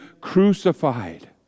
crucified